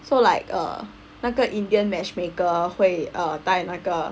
so like uh 那个 indian matchmaker 会带那个